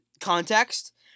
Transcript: context